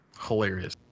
hilarious